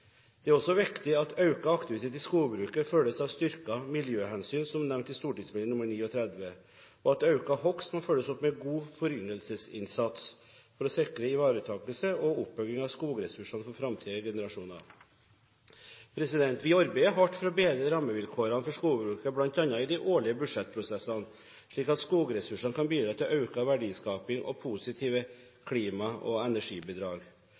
Det er også viktig at økt aktivitet i skogbruket følges av styrkede miljøhensyn som nevnt i St.meld. nr. 39, og at økt hogst må følges opp med god foryngelsesinnsats for å sikre ivaretakelse og oppbygging av skogressursene for framtidige generasjoner. Vi arbeider hardt for å bedre rammevilkårene for skogbruket, bl.a. i de årlige budsjettprosessene, slik at skogressursene kan bidra til økt verdiskaping og positive klima- og energibidrag.